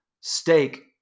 steak